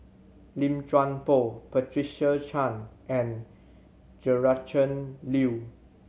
Lim Chuan Poh Patricia Chan and Gretchen Liu